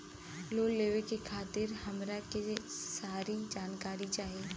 Loan लेवे खातीर हमरा के सारी जानकारी चाही?